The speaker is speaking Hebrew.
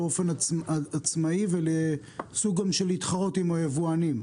באופן עצמאי וסוג של להתחרות עם היבואנים,